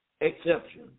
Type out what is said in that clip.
exception